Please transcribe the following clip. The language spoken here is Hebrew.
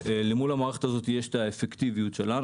ולמול המערכת הזאת יש את האפקטיביות שלה,